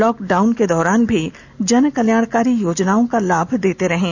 lock down के दौरान भी जन कल्याणकारी योजनाओं का लाभ देते रहें